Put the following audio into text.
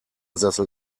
sessel